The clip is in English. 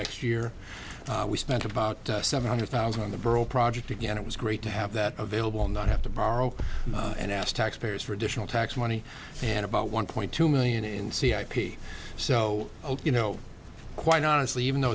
next year we spent about seven hundred thousand on the barrel project again it was great to have that available not have to borrow and asked taxpayers for additional tax money and about one point two million in c ip so you know quite honestly even though